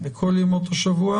בכל ימות השבוע.